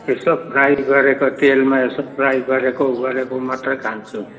यसो फ्राई गरेको तेलमा यसो फ्राई गरेको उ गरेको मात्रै खान्छु